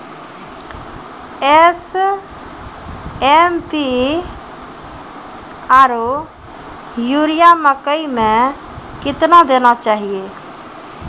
SSP आरु urea मकई मे कितना देना चाहिए?